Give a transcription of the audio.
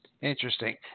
Interesting